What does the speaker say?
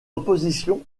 opposition